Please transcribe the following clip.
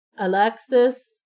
Alexis